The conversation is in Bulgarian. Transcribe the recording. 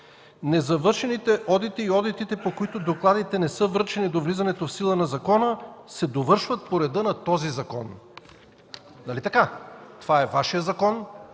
„Незавършените одити и одитите, по които докладите не са връчени до влизането в сила на закона, се довършват по реда на този закон”. Това е Вашият закон.